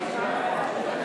ההצעה להעביר